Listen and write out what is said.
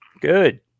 Good